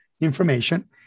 information